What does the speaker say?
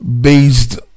based